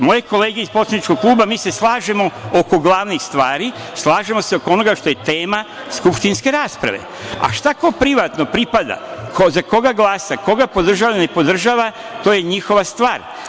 Moje kolege iz poslaničkog kluba, mi se slažemo oko glavnih stvari, slažemo se oko onoga što je tema skupštinske rasprave, a šta, kome privatno pripada, za koga glasa, koga podržava, neka podržava, to je njihova stvar.